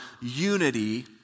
unity